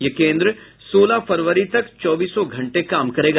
यह केन्द्र सोलह फरवरी तक चौबीस घंटे काम करेगा